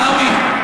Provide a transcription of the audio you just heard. עיסאווי,